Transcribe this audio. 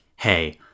Hey